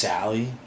Sally